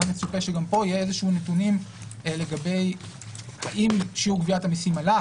היה מצופה שגם פה יהיה איזשהם נתונים לגבי אם שיעור גביית המיסים עלה,